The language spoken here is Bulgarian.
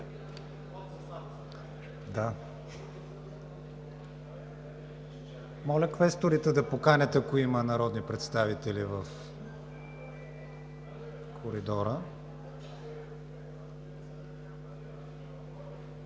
Моля квесторите да ги поканят, ако има народни представители в коридора.